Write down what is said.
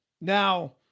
Now